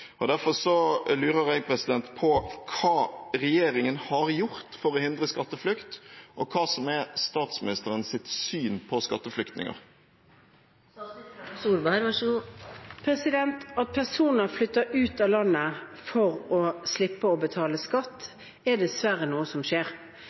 Derfor lurer jeg på: Hva har regjeringen gjort for å hindre skatteflukt, og hva er statsministerens syn på skatteflyktninger? At personer flytter ut av landet for å slippe å betale skatt,